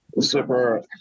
super